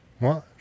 Moi